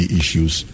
issues